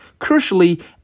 Crucially